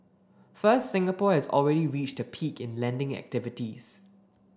first Singapore has already reached a peak in lending activities